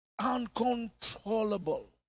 uncontrollable